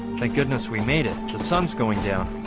thank goodness we made it the sun's going down